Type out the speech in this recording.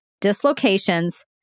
dislocations